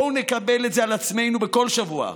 בואו נקבל את זה על עצמנו בכל שבוע,